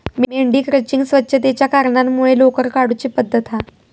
मेंढी क्रचिंग स्वच्छतेच्या कारणांमुळे लोकर काढुची पद्धत हा